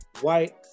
white